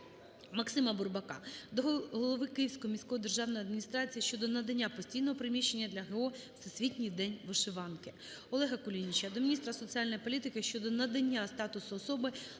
МаксимаБурбака до голови Київської міської державної адміністрації щодо надання постійного приміщення для ГО "Всесвітній день вишиванки". ОлегаКулініча до міністра соціальної політики щодо надання статусу особи,